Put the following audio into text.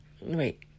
Wait